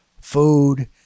food